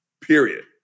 period